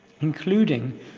including